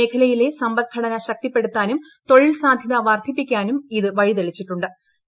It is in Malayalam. മേഖലയിലെ സമ്പദ്ഘടന ശക്തിപ്പെടുത്താനും തൊഴിൽ സാധൃത വർധിപ്പിക്കാനും ഇതു വഴിതെളിച്ചിട്ടു്